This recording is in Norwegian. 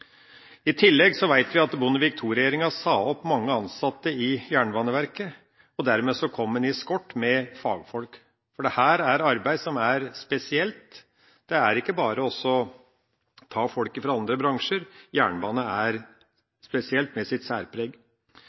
I tillegg vet vi at Bondevik II-regjeringa sa opp mange ansatte i Jernbaneverket, og dermed fikk en mangel på fagfolk. For dette er et arbeid som er spesielt; det er ikke bare å ta folk fra andre bransjer – jernbane er spesielt, med sitt særpreg.